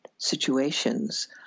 situations